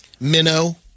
Minnow